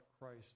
Christ